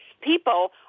people